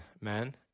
man